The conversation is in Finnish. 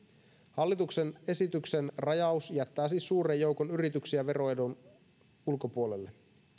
hallituksen esityksen rajaus jättää siis suuren joukon yrityksiä veroedun ulkopuolelle